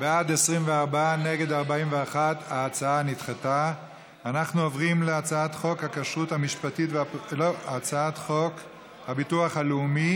להעביר לוועדה את הצעת חוק הכשרות המשפטית והאפוטרופסות (תיקון,